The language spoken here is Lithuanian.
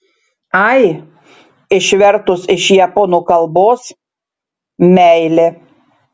ai išvertus iš japonų kalbos meilė